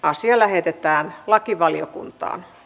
asia lähetettiin lakivaliokuntaan